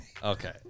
okay